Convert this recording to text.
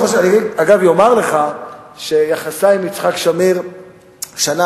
אני אגב אומר לך שיחסי עם יצחק שמיר שנה